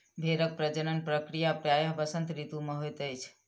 भेड़क प्रजनन प्रक्रिया प्रायः वसंत ऋतू मे होइत अछि